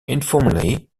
informally